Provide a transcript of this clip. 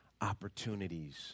opportunities